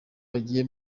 wagiye